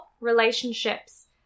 relationships